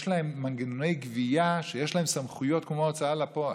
יש להם מנגנוני גבייה שיש להם סמכויות כמו הוצאה לפועל.